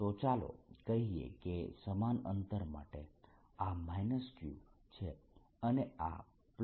તો ચાલો કહીએ કે સમાન અંતર માટે આ -q છે અને આ q છે